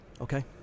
Okay